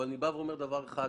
אבל אני אומר דבר אחד,